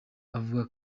avuga